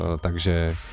takže